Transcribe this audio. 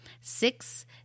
Six